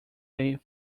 day